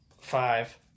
five